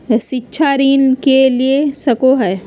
शिक्षा ऋण के ले सको है?